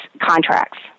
contracts